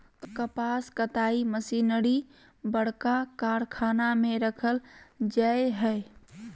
कपास कताई मशीनरी बरका कारखाना में रखल जैय हइ